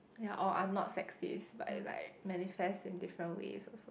ya or I'm not sexist but it like manifest in different ways also